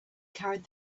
carried